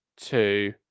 two